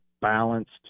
balanced